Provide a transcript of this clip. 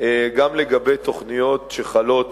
גם לגבי תוכניות שחלות